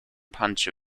pancho